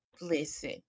listen